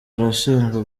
arashinjwa